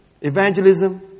Evangelism